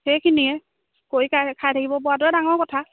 সেইখিনিয়ে কৰি খাই খাই থাকিব পৰাটোৱে ডাঙৰ কথা